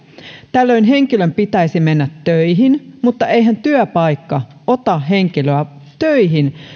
tällöin henkilön pitäisi mennä töihin mutta eihän työpaikka ota henkilöä töihin